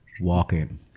walking